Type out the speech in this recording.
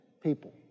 people